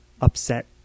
upset